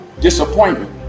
disappointment